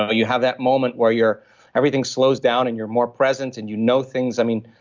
ah you have that moment where your everything slows down, and you're more present and you know things. i mean,